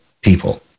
people